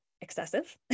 excessive